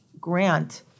grant